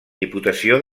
diputació